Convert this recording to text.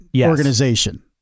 organization